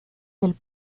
del